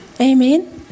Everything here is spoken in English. Amen